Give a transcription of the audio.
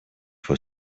for